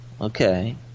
Okay